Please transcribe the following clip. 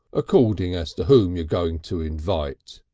according as to whom you're going to invite,